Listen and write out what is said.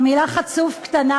הפוסל במומו פוסל.